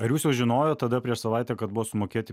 ar jūs jau žinojot tada prieš savaitę kad buvo sumokėti